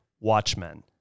Watchmen